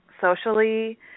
socially